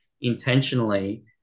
intentionally